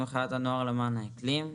ממחאת הנוער למען האקלים,